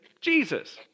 Jesus